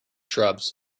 shrubs